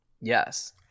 Yes